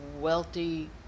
wealthy